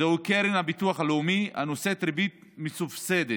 זוהי קרן הביטוח הלאומי, הנושאת ריבית מסובסדת.